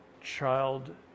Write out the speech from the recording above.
child